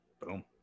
Boom